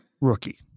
rookie